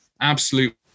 absolute